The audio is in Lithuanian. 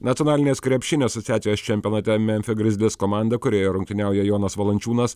nacionalinės krepšinio asociacijos čempionate memfio grizzlies komanda kurioje rungtyniauja jonas valančiūnas